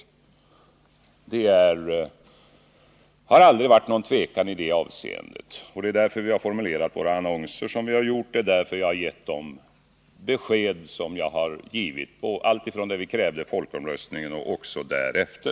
För oss har det emellertid aldrig förelegat några tvivel i det här avseendet, och det är därför vi har formulerat våra annonser som vi har gjort. Det är också bakgrunden till de besked som jag har givit alltifrån det vi krävde folkomröstningen och också därefter.